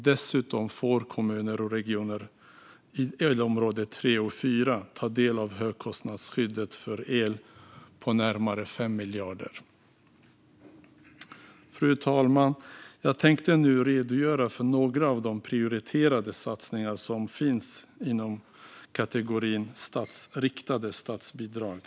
Dessutom får kommuner och regioner i elområde 3 och 4 ta del av högkostnadsskyddet för el; detta motsvarar närmare 5 miljarder. Fru talman! Jag tänkte nu redogöra för några av de prioriterade satsningar som finns inom kategorin riktade statsbidrag.